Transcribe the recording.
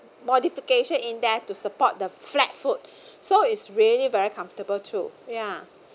modification in there to support the flat foot so it's really very comfortable too ya